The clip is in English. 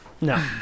No